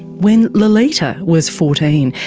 when lolita was fourteen,